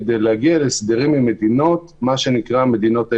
כדי להגיע להסדרים עם המדינות הירוקות.